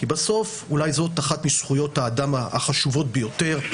כי זו אולי אחת מזכויות האדם החשובות ביותר,